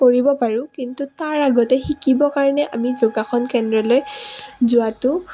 কৰিব পাৰোঁ কিন্তু তাৰ আগতে শিকিবৰ কাৰণে আমি যোগাসন কেন্দ্ৰলৈ যোৱাটো